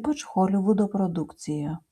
ypač holivudo produkcija